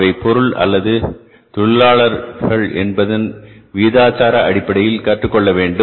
அவை பொருள் அல்லது தொழிலாளர் என்பதன் விகிதாச்சார அடிப்படையில் கற்றுக்கொள்ள வேண்டும்